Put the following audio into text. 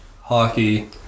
hockey